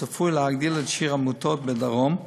צפויה להגדיל את שיעור המיטות בדרום.